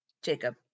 Jacob